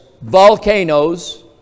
volcanoes